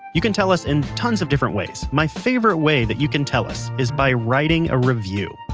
you can tell us in tons of different ways. my favorite way that you can tell us is by writing a review.